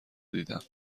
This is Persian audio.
دیدم